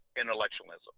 intellectualism